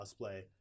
cosplay